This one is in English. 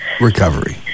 recovery